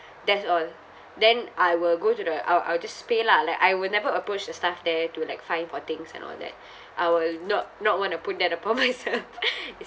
that's all then I will go to the I'll I'll just pay lah like I will never approach the staff there to like find for things and all that I will not not want to put that upons her